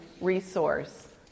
resource